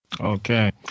Okay